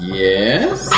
yes